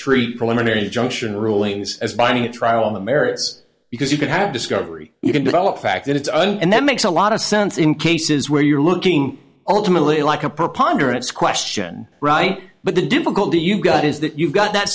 treat preliminary injunction rulings as binding a trial on the merits because you can have discovery you can develop fact that it's an and that makes a lot of sense in cases where you're looking ultimately like a preponderance question right but the difficulty you've got is that you've got that